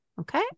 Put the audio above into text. Okay